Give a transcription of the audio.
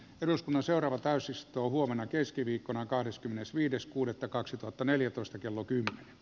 eduskunnan seuraava täysi stoo huomenna keskiviikkona kahdeskymmenesviides kuudetta kaksituhattaneljätoista kello kymmenen